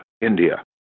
India